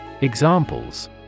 Examples